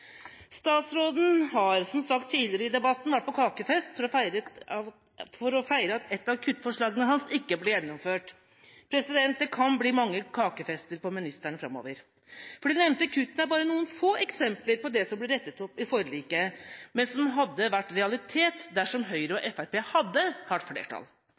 Statsråden har, som sagt tidligere i debatten, vært på kakefest for å feire at et av kuttforslagene hans ikke ble gjennomført. Det kan bli mange kakefester på ministeren framover. For de nevnte kuttene er bare noen få eksempler på det som ble rettet opp i forliket, men som hadde vært realitet dersom Høyre og Fremskrittspartiet hadde hatt flertall.